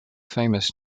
famous